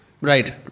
Right